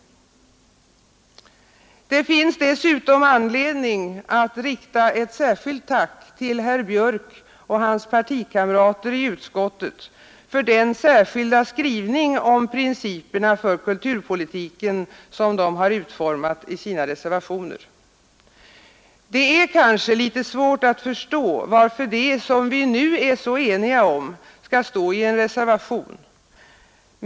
Det finns dessutom anledning att rikta ett särskilt tack till herr Björk i Göteborg och hans partikamrater i utskottet för den särskilda skrivning om principerna för kulturpolitiken som de har utformat i sina reservationer. Det är kanske litet svårt att förstå varför detta, som vi nu är så eniga om, skall stå i en reservation.